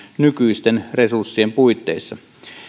nykyisten resurssien puitteissa